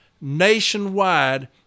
nationwide